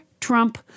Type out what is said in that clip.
Trump